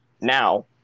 now